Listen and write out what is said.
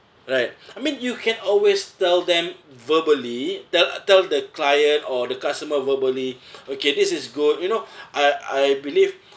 right I mean you can always tell them verbally tell tell the client or the customer verbally okay this is good you know I I believe